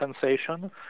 sensation